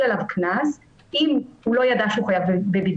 עליו קנס אם הוא לא ידע הוא חייב בבידוד,